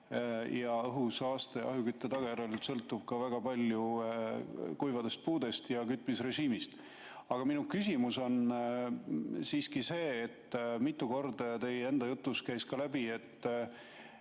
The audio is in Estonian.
Ja õhusaaste ahjukütte tagajärjel sõltub ka väga palju kuivadest puudest ja kütmisrežiimist. Aga minu küsimus on siiski see, mis mitu korda teie enda jutust käis läbi, et